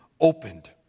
opened